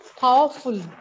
powerful